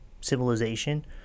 civilization